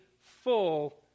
full